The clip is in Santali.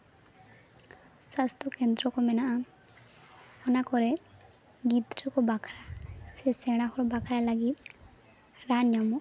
ᱥᱟᱥᱛᱷᱚ ᱠᱮᱱᱫᱨᱚ ᱠᱚ ᱢᱮᱱᱟᱜᱼᱟ ᱚᱱᱟ ᱠᱚᱨᱮ ᱜᱤᱫᱽᱨᱟᱹ ᱠᱚ ᱵᱟᱠᱷᱨᱟ ᱥᱮ ᱥᱮᱬᱟ ᱦᱚᱲ ᱵᱟᱠᱷᱨᱟ ᱞᱟᱹᱜᱤᱫ